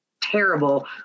terrible